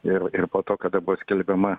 ir ir po to kada buvo skelbiama